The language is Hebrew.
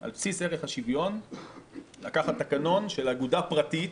על בסיסי ערך השוויון לקחת תקנון של אגודה פרטית